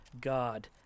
God